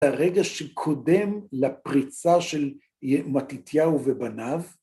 הרגע שקודם לפריצה של מתיתיהו ובניו.